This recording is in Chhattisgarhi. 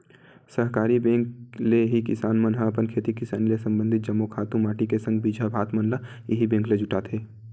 सहकारी बेंक ले ही किसान मन ह अपन खेती किसानी ले संबंधित जम्मो खातू माटी के संग बीजहा भात मन ल इही बेंक ले जुटाथे